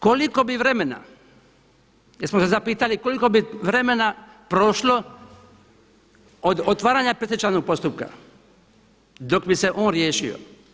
Koliko bi vremena jesmo li se zapitali, koliko bi vremena prošlo od otvaranja predstečajnog postupka dok bi se on riješio?